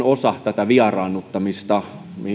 osa tätä vieraannuttamista